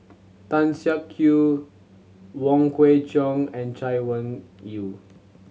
Tan Siak Kew Wong Kwei Cheong and Chay Weng Yew